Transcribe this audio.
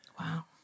Wow